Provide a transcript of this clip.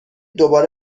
دوباره